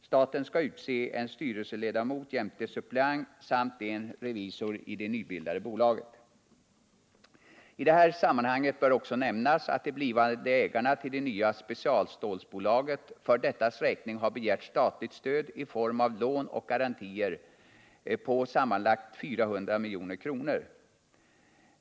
Staten skall utse en styrelseledamot jämte suppleant samt en revisor i det nybildade bolaget. I detta sammanhang bör också nämnas att de blivande ägarna till det nya specialstålsbolaget för dettas räkning har begärt stöd i form av lån och garantier på sammanlagt 400 milj.kr.